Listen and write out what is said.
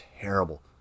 terrible